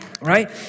Right